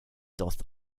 doth